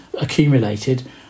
accumulated